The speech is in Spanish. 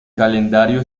calendario